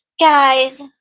Guys